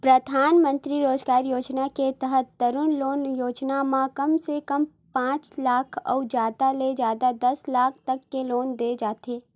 परधानमंतरी रोजगार योजना के तहत तरून लोन योजना म कम से कम पांच लाख अउ जादा ले जादा दस लाख तक के लोन दे जाथे